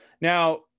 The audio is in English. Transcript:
now